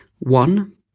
One